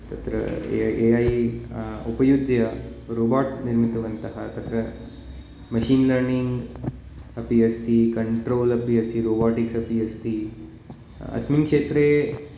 तत्र ए ए ऐ उपयुज्य रोबाट् निर्मितवन्तः तत्र मशिन् लर्निङ्ग् अपि अस्ति कण्ट्रोल् अपि अस्ति रोबाटिक्स् अपि अस्ति अस्मिन् क्षेत्रे